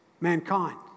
mankind